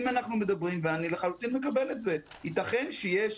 אם אנחנו מדברים ואני לחלוטין מקבל את זה יתכן שיש